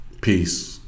Peace